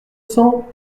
cent